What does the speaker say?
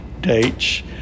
dates